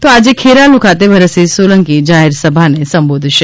તો આજે ખેરાલુ ખાતે ભરતસિંહ સોલંકી જાહેરસભાને સંબોધશે